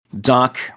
Doc